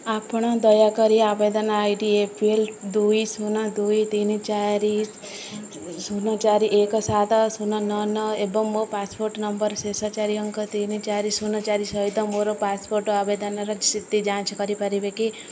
ଆପଣ ଦୟାକରି ଆବେଦନ I D A P L ଦୁଇ ଶୂନ ଦୁଇ ତିନି ଚାରି ଶୂନ ଚାରି ଏକ ସାତ ଶୂନ ନଅ ନଅ ଏବଂ ମୋ ପାସପୋର୍ଟ ନମ୍ବରର ଶେଷ ଚାରି ଅଙ୍କ ତିନି ଚାରି ଶୂନ ଚାରି ସହିତ ମୋର ପାସପୋର୍ଟ ଆବେଦନର ସ୍ଥିତି ଯାଞ୍ଚ କରିପାରିବେ କି